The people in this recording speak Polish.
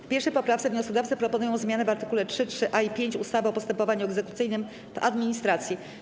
W 1. poprawce wnioskodawcy proponują zmianę w art. 3, 3a i 5 ustawy o postępowaniu egzekucyjnym w administracji.